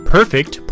Perfect